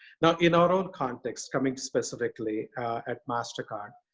now in our own context coming specifically at mastercard,